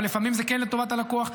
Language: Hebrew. אבל לפעמים זה כן לטובת הלקוח,